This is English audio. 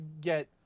get